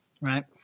right